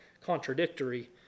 contradictory